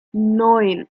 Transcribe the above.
neun